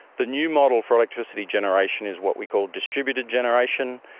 the new model for electricity generation is what we call distributed generation,